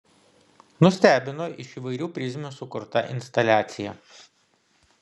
nustebino iš įvairių prizmių sukurta instaliacija